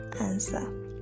answer